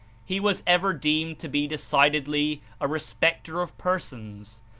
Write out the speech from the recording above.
he was ever deemed to be decidedly a respecter of persons.